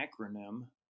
acronym